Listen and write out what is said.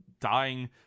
dying